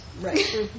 Right